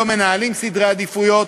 מהמחירים באירופה ובארצות-הברית,